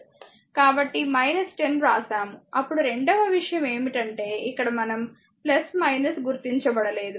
కాబట్టి 10 వ్రాస్తాము అప్పుడు రెండవ విషయం ఏమిటంటే ఇక్కడ మనం గుర్తించబడలేదు